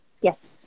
Yes